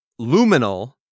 luminal